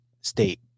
state